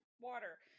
water